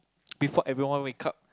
before everyone wake up